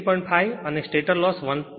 5 અને stator loss 1